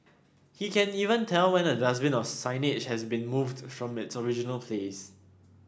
he can even tell when a dustbin or signage has been moved from its original place